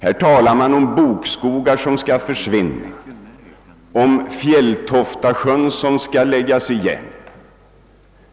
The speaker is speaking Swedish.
Här talas det om bokskogar som skall försvinna och om Fjällfotasjön som skall läggas igen.